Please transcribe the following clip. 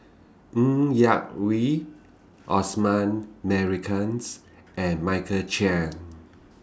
Ng Yak Whee Osman Merican and Michael Chiang